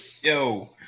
Yo